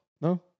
No